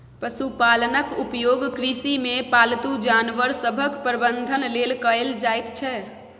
पशुपालनक उपयोग कृषिमे पालतू जानवर सभक प्रबंधन लेल कएल जाइत छै